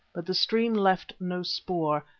but the stream left no spoor,